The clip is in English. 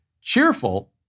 cheerful